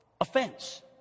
Offense